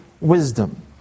wisdom